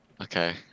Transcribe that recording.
Okay